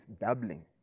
doubling